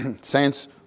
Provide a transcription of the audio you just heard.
Saints